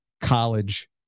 college